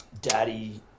daddy